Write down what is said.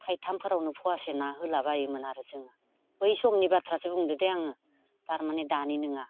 थाइथामफोरावनो फवासे ना होलाबायोमोन आरो जोङो बै समनि बाथ्रासो बुंदो दे आङो थारमाने दानि नङा